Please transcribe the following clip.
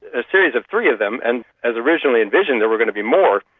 a series of three of them, and as originally envisaged there were going to be more.